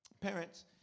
Parents